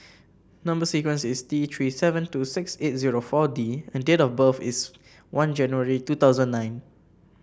number sequence is T Three seven two six eight zero four D and date of birth is one January two thousand nine